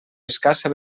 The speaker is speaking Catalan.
escassa